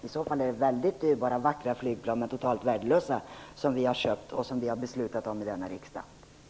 I så fall är de vackra dyrbara flygplanen som vi har köpt och beslutat om i denna riksdag totalt värdelösa.